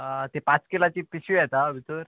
आं ती पांच किलाची पिशवी येता भितर